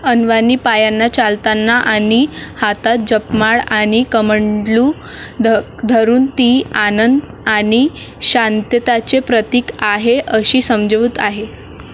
अनवाणी पायांना चालताना आणि हातात जपमाळ आणि कमंडलू ध धरून ती आनंद आणि शांतताचे प्रतीक आहे अशी समजूत आहे